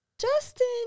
Justin